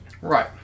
Right